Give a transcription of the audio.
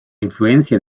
influencia